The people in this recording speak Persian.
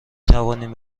توانیم